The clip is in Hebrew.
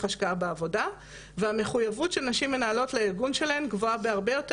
השקעה בעבודה; המחויבות של נשים מנהלות לארגון שלהן גבוהה בהרבה יותר